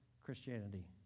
Christianity